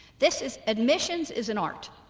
this is admissions is an art.